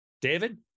David